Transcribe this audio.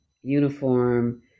uniform